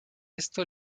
esto